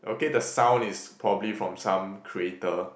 okay the sound is probably from some creator